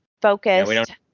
focused